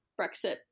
Brexit